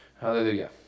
hallelujah